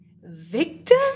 victim